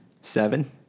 Seven